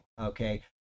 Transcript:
okay